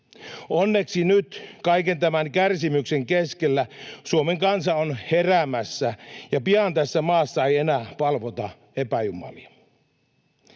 Onneksi nyt, kaiken tämän kärsimyksen keskellä, Suomen kansa on heräämässä, ja pian tässä maassa ei enää palvota epäjumalia.